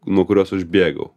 nuo kurios aš bėgau